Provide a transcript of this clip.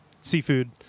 seafood